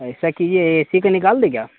ایسا کیجیے A C کا نکال دیں کیا